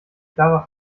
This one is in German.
klarer